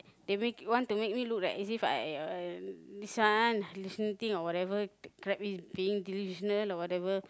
they make want to make me look like as if I I this one thing or whatever being delusional or whatever